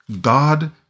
God